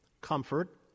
comfort